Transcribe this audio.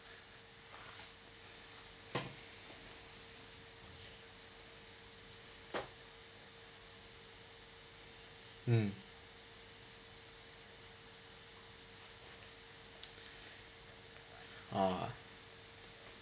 mm oh